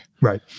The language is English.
right